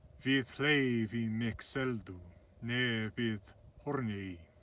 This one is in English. vid hleifi mik seldu ne vid hornigi